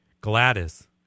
Gladys